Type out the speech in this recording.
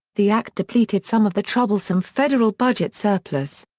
the act depleted some of the troublesome federal budget surplus.